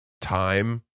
time